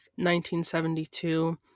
1972